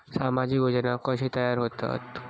सामाजिक योजना कसे तयार होतत?